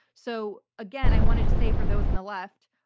so again, i want to to say for those on the left,